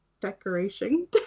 decoration